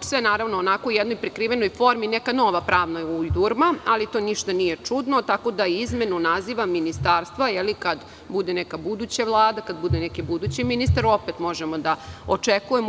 sve, naravno, onako u jednoj prikrivenoj formi, neka nova pravna ujdurma, ali to ništa nije čudno, tako da izmenu nazivam ministarstva, kad bude neka buduća Vlada, kada bude neki budući ministar, opet možemo očekujemo.